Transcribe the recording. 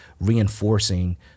reinforcing